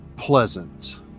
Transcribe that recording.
pleasant